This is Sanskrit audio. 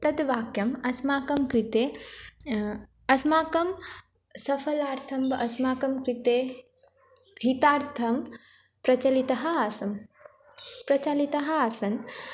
तत् वाक्यम् अस्माकं कृते अस्माकं सफलार्थं वा अस्माकं कृते हितार्थं प्रचलितः आसं प्रचलितः आसन्